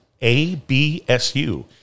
A-B-S-U